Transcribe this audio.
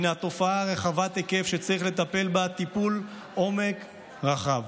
הינה תופעה רחבת היקף שצריך לטפל בה טיפול עומק רחב.